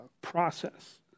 process